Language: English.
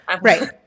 right